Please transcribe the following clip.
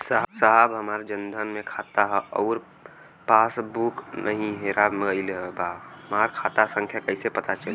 साहब हमार जन धन मे खाता ह अउर पास बुक कहीं हेरा गईल बा हमार खाता संख्या कईसे पता चली?